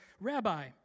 Rabbi